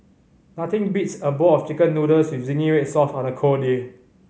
nothing beats a bowl of Chicken Noodles with zingy red sauce on a cold day